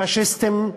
פאשיסטיים,